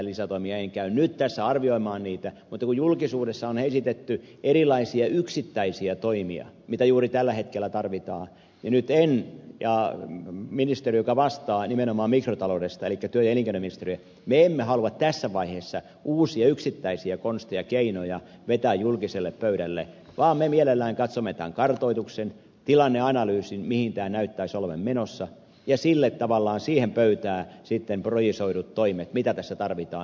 en käy nyt tässä arvioimaan niitä mutta kun julkisuudessa on esitetty erilaisia yksittäisiä toimia mitä juuri tällä hetkellä tarvitaan niin nyt en ja ministeriössä joka vastaa nimenomaan mikrotaloudesta elikkä työ ja elinkeinoministeriössä me emme halua tässä vaiheessa uusia yksittäisiä konsteja keinoja vetää julkiselle pöydälle vaan me mielellään katsomme tämän kartoituksen tilanneanalyysin mihin tämä näyttäisi olevan menossa ja tavallaan siihen pöytään sitten projisoidut toimet mitä tässä tarvitaan